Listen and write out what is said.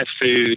food